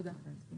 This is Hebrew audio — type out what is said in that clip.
תודה.